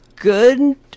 good